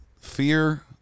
Fear